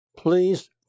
please